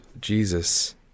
Jesus